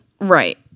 Right